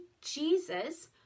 Jesus